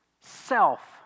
self